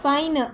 fine